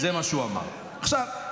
זה מה שהוא אמר, אחד לאחד.